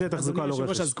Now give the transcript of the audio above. אמרתי תחזוקה, לא רכש.